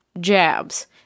jabs